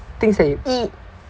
things that you eat